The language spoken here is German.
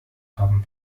haben